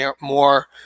more